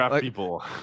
people